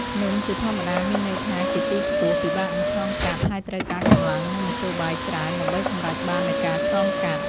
ភ្នំជាធម្មតាមានន័យថាជាទីខ្ពស់ ពិបាកនឹងឆ្លងកាត់ ហើយត្រូវការកម្លាំង និងមធ្យោបាយច្រើនដើម្បីសម្រេចបាននូវការឆ្លងកាត់។